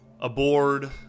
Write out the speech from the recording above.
aboard